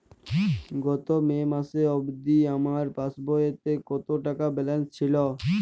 গত মে মাস অবধি আমার পাসবইতে কত টাকা ব্যালেন্স ছিল?